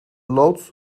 loods